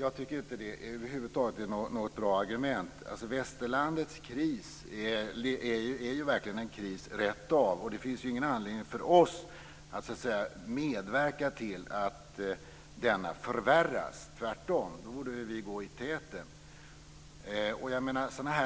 Jag tycker inte att det över huvud taget är något bra argument. Västerlandets kris är verkligen en kris rätt av. Det finns ingen anledning för oss att medverka till att den förvärras. Tvärtom borde vi gå i täten för en förbättring.